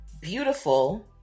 beautiful